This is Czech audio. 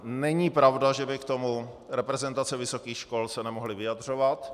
Není pravda, že by se k tomu reprezentace vysokých škol nemohly vyjadřovat.